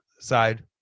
side